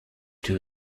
two